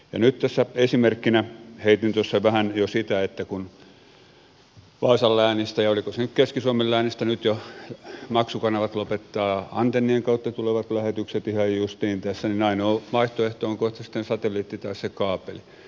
nyt tässä esimerkkinä heitin tuossa vähän jo sitä että kun vaasan läänistä ja oliko se nyt keski suomen läänistä maksukanavat lopettavat antennien kautta tulevat lähetykset ihan justiin tässä niin ainoa vaihtoehto on kohta sitten satelliitti tai se kaapeli